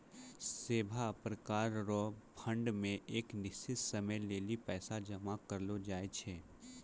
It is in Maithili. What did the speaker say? सभै प्रकार रो फंड मे एक निश्चित समय लेली पैसा जमा करलो जाय छै